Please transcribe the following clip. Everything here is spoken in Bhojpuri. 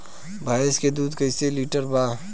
भैंस के दूध कईसे लीटर बा?